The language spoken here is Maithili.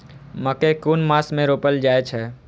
मकेय कुन मास में रोपल जाय छै?